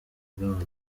bw’abana